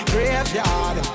Graveyard